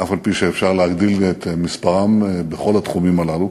אף-על-פי שאפשר להגדיל את מספרן בכל התחומים הללו.